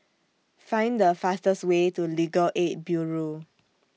Find The fastest Way to Legal Aid Bureau